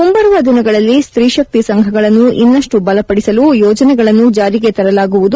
ಮುಂಬರುವ ದಿನಗಳಲ್ಲಿ ಸ್ತ್ರೀಶಕ್ತಿ ಸಂಘಗಳನ್ನು ಇನ್ನಷ್ಟು ಬಲಪಡಿಸಲು ಯೋಜನೆಗಳನ್ನು ಜಾರಿಗೆ ತರಲಾಗುವುದು